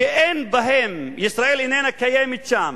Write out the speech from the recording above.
שאין בהם, ישראל איננה קיימת שם,